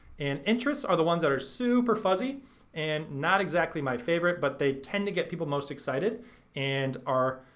and interests are the ones that are super fuzzy and not exactly my favorite. but they tend to get people most excited and are,